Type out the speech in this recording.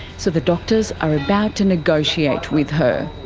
so the doctors are about to negotiate with her.